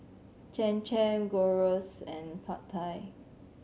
Cham Cham Gyros and Pad Thai